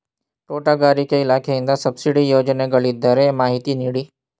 ತೋಟಗಾರಿಕೆ ಇಲಾಖೆಯಿಂದ ಸಬ್ಸಿಡಿ ಯೋಜನೆಗಳಿದ್ದರೆ ಮಾಹಿತಿ ನೀಡಿ?